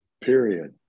period